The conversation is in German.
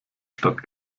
stadt